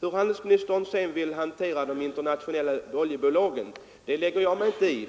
Hur handelsministern sedan vill hantera de internationella oljebolagen lägger jag mig inte i.